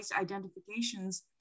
identifications